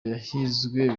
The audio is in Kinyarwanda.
yahizwe